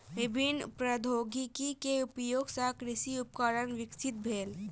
विभिन्न प्रौद्योगिकी के उपयोग सॅ कृषि उपकरण विकसित भेल